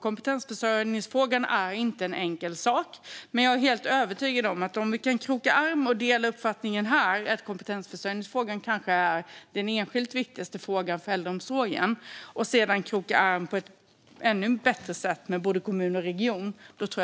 Kompetensförsörjningsfrågan är ingen enkel sak, men jag är helt övertygad om att vi kan komma väldigt långt om vi kan kroka arm här, om vi delar uppfattningen att kompetensförsörjningsfrågan är den kanske enskilt viktigaste frågan för äldreomsorgen och om vi sedan krokar arm på ett ännu bättre sätt med både kommuner och regioner.